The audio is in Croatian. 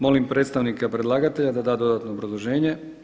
Molim predstavnika predlagatelja da da dodatno obrazloženje.